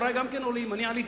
גם הורי הם עולים,